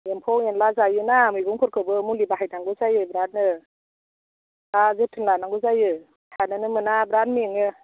एम्फौ एनला जायो ना मैगंफोरखौबो मुलि बाहायनांगौ जायो बिराथनो बिराथ जोथोन लानांगौ जायो थानोनो मोना बिराथ मेङो